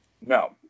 No